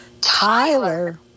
Tyler